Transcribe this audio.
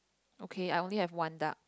okay I only have one duck